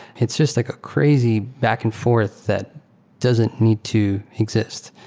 it's just like a crazy back-and-forth that doesn't need to exist.